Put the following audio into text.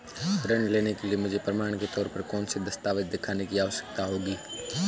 ऋृण लेने के लिए मुझे प्रमाण के तौर पर कौनसे दस्तावेज़ दिखाने की आवश्कता होगी?